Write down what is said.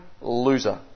loser